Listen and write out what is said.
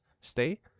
stay